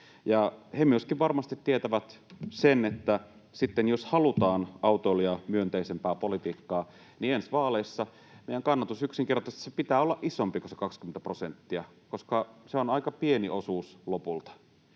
He myöskin varmasti tietävät sen, että sitten jos halutaan autoilijamyönteisempää politiikkaa, niin ensi vaaleissa meidän kannatus yksinkertaisesti pitää olla isompi kuin se 20 prosenttia, koska se on lopulta aika pieni osuus.